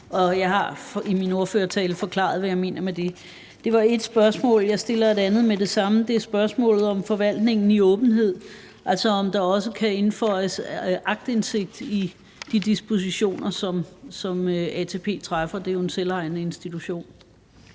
Jeg har i min ordførertale forklaret, hvad jeg mener med det. Det var et spørgsmål. Jeg stiller et andet med det samme, og det er spørgsmålet om forvaltningen i åbenhed, altså om der også kan indføjes aktindsigt i de dispositioner, som ATP træffer – det er jo en selvejende institution.